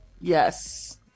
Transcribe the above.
Yes